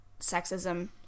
sexism